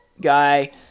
guy